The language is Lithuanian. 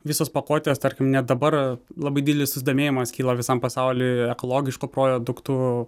visos pakuotės tarkim net dabar labai didelis susidomėjimas kyla visam pasauly ekologiškų produktų